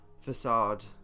facade